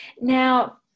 Now